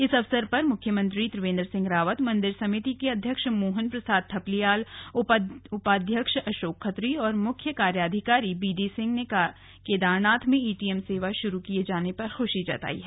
इस अवसर पर मुख्यमंत्री त्रिवेन्द्र सिंह रावत मंदिर समिति के अध्यक्ष मोहन प्रसाद थपलियाल उपाध्यक्ष अशोक खत्री और मुख्य कार्याधिकारी बीडीसिंह ने केदारनाथ में एटीएम सेवा शुरु किए जाने पर खुशी जताई है